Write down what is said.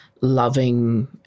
loving